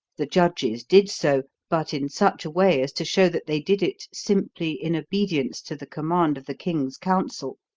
the judges did so, but in such a way as to show that they did it simply in obedience to the command of the king's council.